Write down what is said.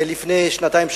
לפני שנתיים,